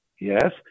Yes